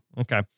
Okay